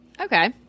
Okay